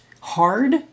hard